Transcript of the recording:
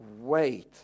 Wait